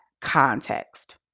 context